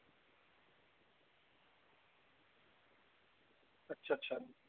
अच्छ अच्छा